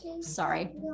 Sorry